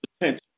attention